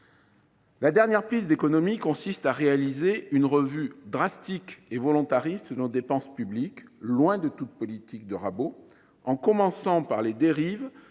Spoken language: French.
La dernière piste d’économies consiste à réaliser une revue drastique et volontariste de nos dépenses publiques, loin de toute politique de rabot, en commençant par les dérives